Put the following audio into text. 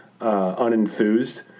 unenthused